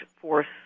force